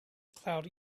cloudy